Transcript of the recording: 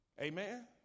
Amen